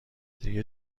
دیگه